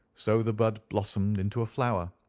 so the bud blossomed into a flower,